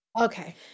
Okay